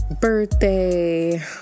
birthday